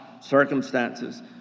circumstances